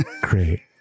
Great